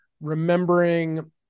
remembering